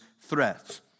threats